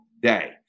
day